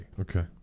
Okay